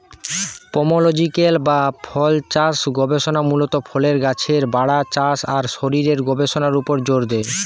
pomological বা ফলচাষ গবেষণা মূলত ফলের গাছের বাড়া, চাষ আর শরীরের গবেষণার উপর জোর দেয়